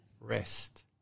Rest